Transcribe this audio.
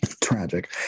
tragic